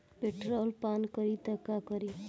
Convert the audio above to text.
Petrol पान करी त का करी?